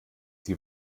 die